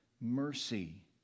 mercy